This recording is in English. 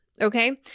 Okay